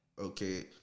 okay